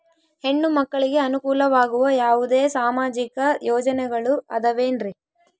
ಹೆಣ್ಣು ಮಕ್ಕಳಿಗೆ ಅನುಕೂಲವಾಗುವ ಯಾವುದೇ ಸಾಮಾಜಿಕ ಯೋಜನೆಗಳು ಅದವೇನ್ರಿ?